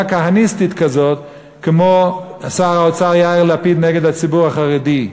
כהניסטית כזאת כמו שר האוצר יאיר לפיד נגד הציבור החרדי.